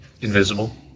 Invisible